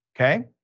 okay